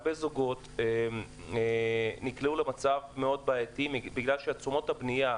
הרבה זוגות נקלעו למצב מאוד בעייתי בגלל שתשומות הבנייה,